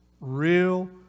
real